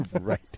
Right